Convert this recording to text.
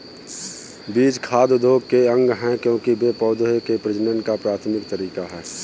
बीज खाद्य उद्योग के अंग है, क्योंकि वे पौधों के प्रजनन का प्राथमिक तरीका है